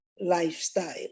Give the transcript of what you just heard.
lifestyle